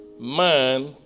man